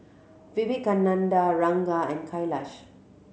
Vivekananda Ranga and Kailash